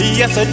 yes